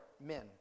men